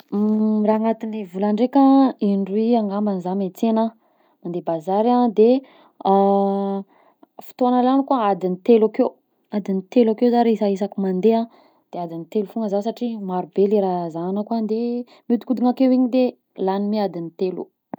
Raha agnatin'ny volandraika a, indroy i angamba zaho miantsena mandeha bazary a de fotoagna laniko a, adin'ny telo akeo adiny telo akeo za re- zaho isaky mandeha de adiny telo foagna zah satria marobe le raha zahagna ao koa andeha miodikodina akeo igny de lagny mi adiny telo.